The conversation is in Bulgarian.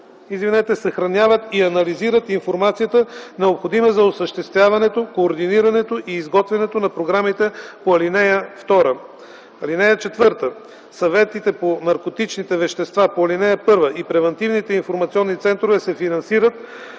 събират, съхраняват и анализират информацията, необходима за осъществяването, координирането и изготвянето на програмите по ал. 2. (4) Съветите по наркотичните вещества по ал. 1 и превантивните информационни центрове се финансират